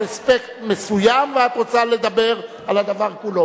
אספקט מסוים ואת רוצה לדבר על הדבר כולו.